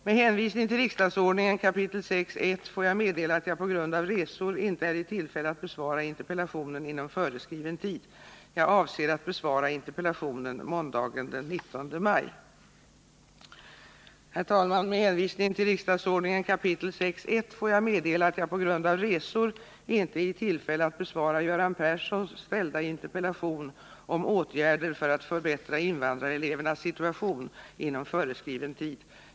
Med hänvisning till riksdagsordningens 6 kap. 1 § får jag meddela att jag på grund av resor inte är i tillfälle att besvara interpellationen inom föreskriven tid.